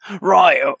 Right